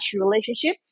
relationship